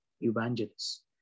evangelists